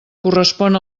correspon